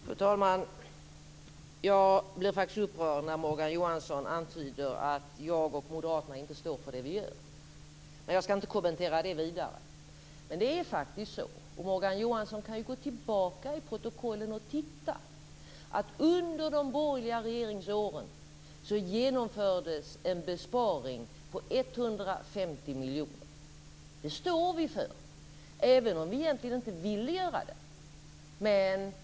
Fru talman! Jag blir upprörd när Morgan Johansson antyder att jag och Moderaterna inte står för det vi gör. Men jag ska inte kommentera det vidare. Det var så - Morgan Johansson kan gå tillbaka i protokollen och titta - att under de borgerliga regeringsåren genomfördes en besparing på 150 miljoner kronor. Det står vi för, även om vi egentligen inte ville göra det.